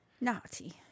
Naughty